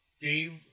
Dave